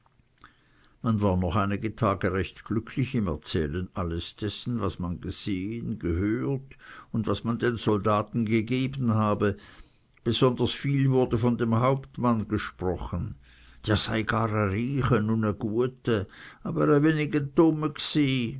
man war noch einige tage recht glücklich im erzählen alles dessen was man gesehen gehört und was man den soldaten gegeben habe besonders viel wurde von dem hauptmann gesprochen der sei gar e ryche u n e guete aber e